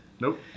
Nope